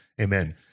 amen